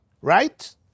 right